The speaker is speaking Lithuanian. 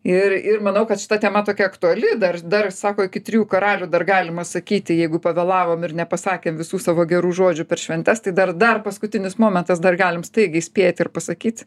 ir ir manau kad šita tema tokia aktuali dar dar sako iki trijų karalių dar galima sakyti jeigu pavėlavom ir nepasakėm visų savo gerų žodžių per šventes tai dar dar paskutinis momentas dar galim staigiai spėt ir pasakyt